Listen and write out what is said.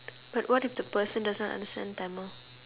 but what if the person does not understand Tamil